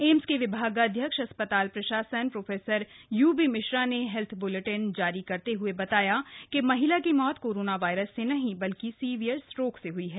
AIIMS के विभागाध्यक्ष अस्पताल प्रशासन प्रोफेसर यूबी मिश्रा ने हेल्थ बुलेटिन जारी करते हुए बताया कि महिला की मौत कोरोना वायरस से नहीं बल्कि सीवियर स्ट्रोक से हुई है